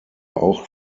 auch